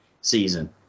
season